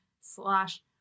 slash